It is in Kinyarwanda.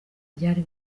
byari